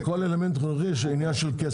בכל אלמנט חינוכי יש עניין של כסף.